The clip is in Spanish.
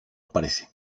aparece